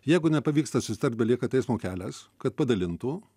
jeigu nepavyksta susitart belieka teismo kelias kad padalintų